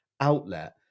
outlet